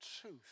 truth